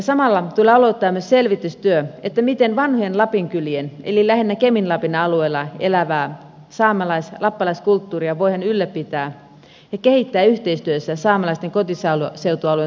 samalla tulee aloittaa myös selvitystyö miten vanhojen lapinkylien lähinnä kemin lapin alueella elävää saamelais lappalaiskulttuuria voidaan ylläpitää ja kehittää yhteistyössä saamelaisten kotiseutualueen toimijoiden kanssa